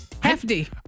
Hefty